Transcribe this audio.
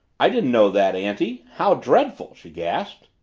i didn't know that, auntie! how dreadful! she gasped.